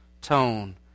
tone